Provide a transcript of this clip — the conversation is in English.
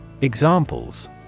Examples